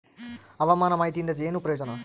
ಹವಾಮಾನ ಮಾಹಿತಿಯಿಂದ ಏನು ಪ್ರಯೋಜನ?